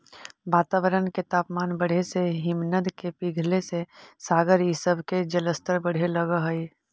वातावरण के तापमान बढ़े से हिमनद के पिघले से सागर इ सब के जलस्तर बढ़े लगऽ हई